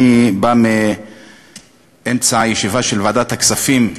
אני בא מאמצע ישיבה של ועדת הכספים,